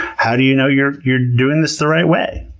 how do you know you're you're doing this the right way?